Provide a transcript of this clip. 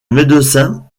médecin